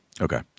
Okay